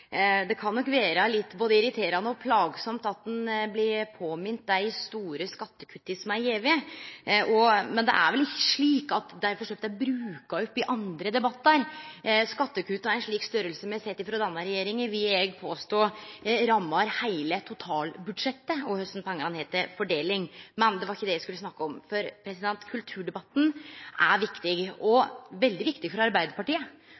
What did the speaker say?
Det kan nok vere både litt irriterande og plagsamt at ein blir mint på dei store skattekutta som er gjeve, men det er ikkje slik at dei er brukt opp i andre debattar. Skattekutt av ein slik størrelse som me har sett frå denne regjeringa, vil eg påstå rammar heile totalbudsjettet og kva pengar ein har til fordeling. Men det var ikkje det eg skulle snakke om. Kulturdebatten er viktig – og veldig viktig for Arbeidarpartiet.